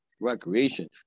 recreation